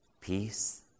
peace